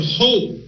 hope